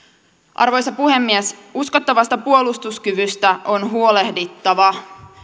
arvoisa puhemies uskottavasta puolustuskyvystä on huolehdittava